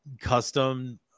custom